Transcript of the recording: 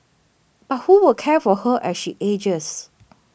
but who will care for her as she ages